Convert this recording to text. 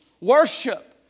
Worship